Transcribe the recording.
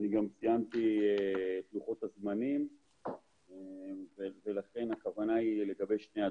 אני גם ציינתי את לוחות הזמנים ולכן הכוונה היא לגבי שני הדברים.